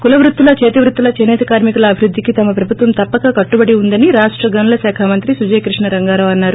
కులవృత్తులను చేతివృత్తుల చేసేత కార్మి కుల అభివృద్ధికి తమ ప్రభుత్వం తప్పక కట్టుబడి ఉందని రాష్ట గనుల శాఖా మంత్రి సుజయ క్రిష్ణ రంగారావు అన్నారు